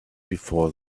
before